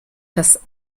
das